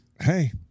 Hey